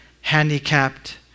handicapped